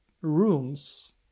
rooms